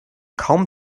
kaum